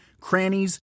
crannies